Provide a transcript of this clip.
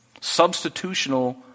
substitutional